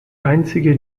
einzige